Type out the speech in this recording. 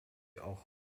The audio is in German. auch